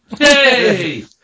Yay